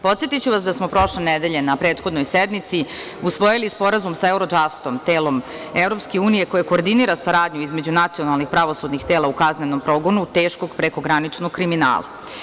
Podsetiću vas da smo prošle nedelje na prethodnoj sednici usvojili Sporazum sa Eurodžastom, telom EU koje koordinira saradnju između nacionalnih pravosudnih tela u kaznenom progonu teškog prekograničnog kriminala.